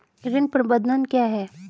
ऋण प्रबंधन क्या है?